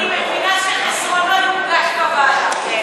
אני מבינה שחסרונו יורגש בוועדה.